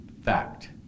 fact